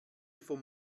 vom